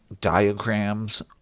diagrams